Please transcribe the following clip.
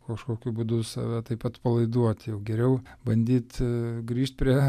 kažkokiu būdu save taip atpalaiduot jau geriau bandyt grįžt prie